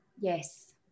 Yes